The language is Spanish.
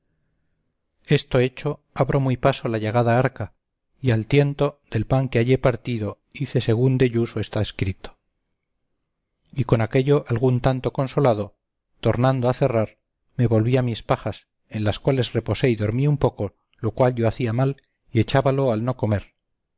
esto hecho abro muy paso la llagada arca y al tiento del pan que hallé partido hice según deyuso está escrito y con aquello algún tanto consolado tornando a cerrar me volví a mis pajas en las cuales reposé y dormí un poco lo cual yo hacía mal y echábalo al no comer